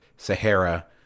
Sahara